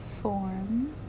form